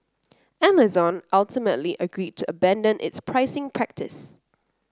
Amazon ultimately agreed to abandon its pricing practice